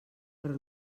però